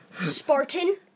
Spartan